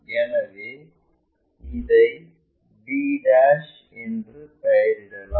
எனவே இதை b என்று பெயரிடலாம்